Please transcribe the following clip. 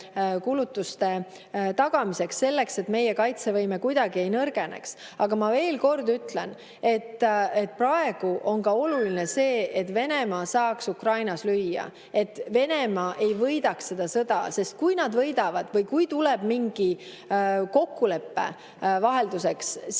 tagamiseks, selleks et meie kaitsevõime kuidagi ei nõrgeneks. Aga ma veel kord ütlen, et praegu on oluline see, et Venemaa saaks Ukrainas lüüa, et Venemaa ei võidaks seda sõda. Sest kui nad võidavad või kui tuleb mingi [vahe]kokkulepe, siis see